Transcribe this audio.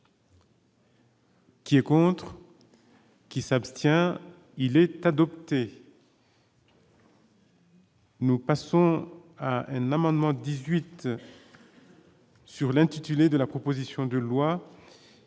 Qui est contre qui s'abstient, il est adopté. Nous passons à un amendement 18 sur l'intitulé de la proposition de loi